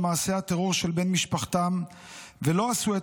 על מעשה הטרור שביצע בן משפחתם ולא עשו את